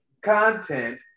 content